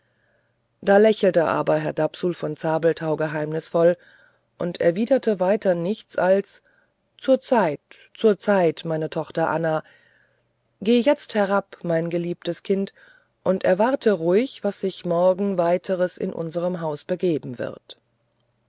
da lächelte aber herr dapsul von zabelthau geheimnisvoll und erwiderte weiter nichts als zur zeit zur zeit meine tochter anna gehe jetzt herab mein geliebtes kind und erwarte ruhig was sich morgen weiteres in unserm hause begeben wird